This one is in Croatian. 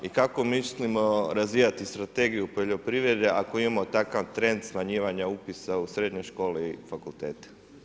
I kako mislimo razvijati strategiju poljoprivrede, ako imamo takav trend smanjivanja upisa u srednje škole i fakultete.